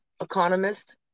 economist